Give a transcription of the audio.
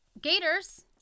gators